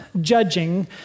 judging